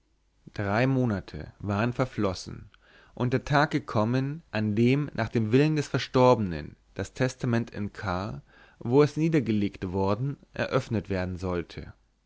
drei monate waren verflossen und der tag gekommen an dem nach dem willen des verstorbenen das testament in k wo es niedergelegt worden eröffnet werden sollte